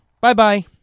Bye-bye